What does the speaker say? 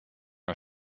een